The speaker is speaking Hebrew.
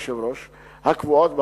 הקבועות בחוק,